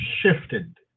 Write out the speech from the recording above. shifted